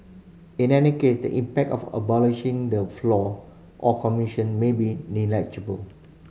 in any case the impact of abolishing the floor on commission may be negligible